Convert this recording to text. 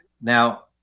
now